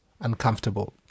uncomfortable